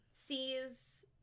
sees